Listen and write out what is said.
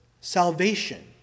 salvation